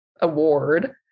award